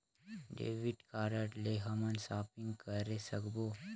Debit card ले हमन shopping करे सकबो?